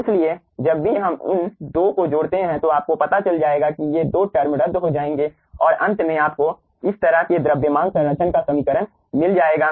इसलिए जब भी हम उन 2 को जोड़ते हैं तो आपको पता चल जाएगा कि ये 2 टर्म रद्द हो जाएंगे और अंत में आपको इस तरह के द्रव्यमान संरक्षण का समीकरण मिल जाएगा